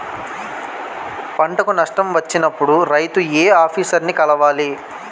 పంటకు నష్టం వచ్చినప్పుడు రైతు ఏ ఆఫీసర్ ని కలవాలి?